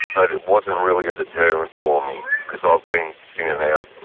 but it wasn't really a deterrent for me because i've been in and out,